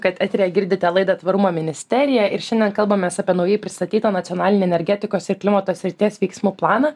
kad eteryje girdite laidą tvarumo ministerija ir šiandien kalbamės apie naujai pristatytą nacionalinį energetikos ir klimato srities veiksmų planą